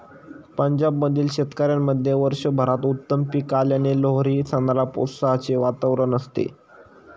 पंजाब मधील शेतकऱ्यांमध्ये वर्षभरात उत्तम पीक आल्याने लोहरी सणाला उत्साहाचे वातावरण असते